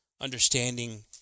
understanding